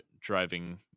driving